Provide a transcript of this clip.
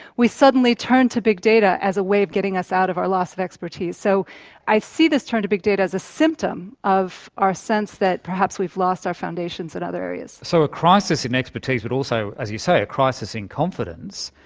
we suddenly turn to big data as a way of getting us out of our loss of expertise. so i see this turn to big data as a symptom of our sense that perhaps we've lost our foundations in other areas. so a crisis in expertise but also, as you say, a crisis in confidence.